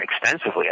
extensively